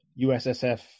USSF